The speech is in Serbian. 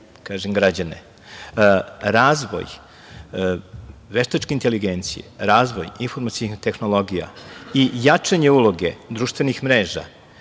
sve građane. Razvoj veštačke inteligencije, razvoj informacionih tehnologija i jačanje uloge društvenih mreža